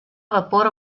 vapor